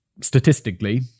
statistically